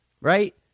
Right